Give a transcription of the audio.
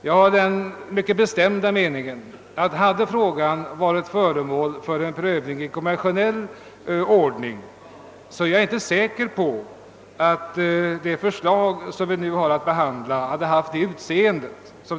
Jag har den mycket bestämda uppfattningen att om frågan varit föremål för prövning i konventionell ordning, så hade det förslag som vi nu har att behandla inte sett ut på samma sätt.